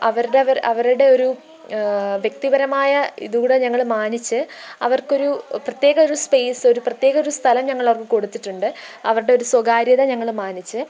അവരുടെ അവർ അവരുടെ ഒരു വ്യക്തിപരമായ ഇതുകൂടെ ഞങ്ങള് മാനിച്ച് അവർക്കൊരു പ്രത്യേക ഒരു സ്പേസ് ഒരു പ്രത്യേക ഒരു സ്ഥലം ഞങ്ങള് അവർക്ക് കൊടുത്തിട്ടുണ്ട് അവരുടെ ഒരു സ്വകാര്യത ഞങ്ങള് മാനിച്ച്